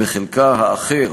וחלקה האחר,